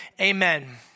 amen